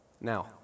Now